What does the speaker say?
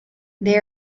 they